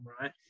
right